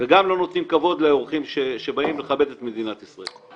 וגם לא נותנים כבוד לאורחים שבאים לכבד את מדינת ישראל.